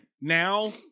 Now